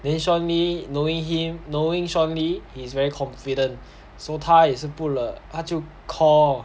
then sean lee knowing him knowing sean lee he is very confident so 他也是 put 了他就 call